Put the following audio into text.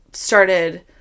Started